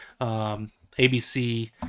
ABC